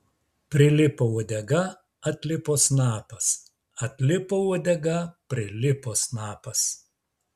prilipo uodega atlipo snapas atlipo uodega prilipo snapas